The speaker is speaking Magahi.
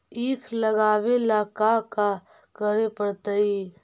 ईख लगावे ला का का करे पड़तैई?